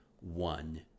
one